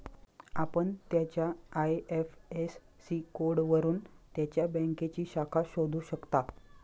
आपण त्याच्या आय.एफ.एस.सी कोडवरून त्याच्या बँकेची शाखा शोधू शकता